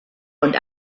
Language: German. und